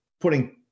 putting